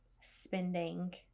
spending